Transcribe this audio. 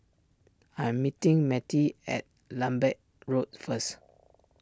I am meeting Mettie at Lambeth Walk first